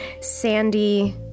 sandy